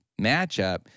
matchup